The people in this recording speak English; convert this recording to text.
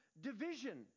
division